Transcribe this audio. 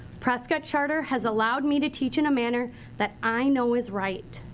prescott charter has allowed me to teach in a manner that i know is right.